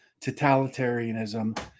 totalitarianism